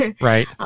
Right